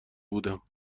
بودم